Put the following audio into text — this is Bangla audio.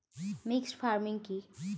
মিক্সড ফার্মিং কি?